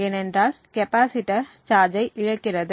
ஏனென்றால் capacitor charge ஐ இழக்கிறது